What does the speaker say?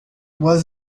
was